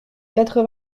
quatre